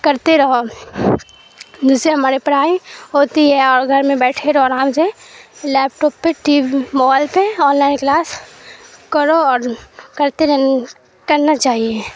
کرتے رہو جس سے ہماری پڑھائی ہوتی ہے اور گھر میں بیٹھے رہو آرام سے لیپ ٹاپ پہ ٹی وی موبائل پہ آن لائن کلاس کرو اور کرتے رہ کرنا چاہیے